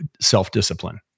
self-discipline